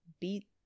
beat